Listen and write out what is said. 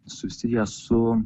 susiję su